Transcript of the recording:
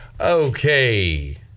Okay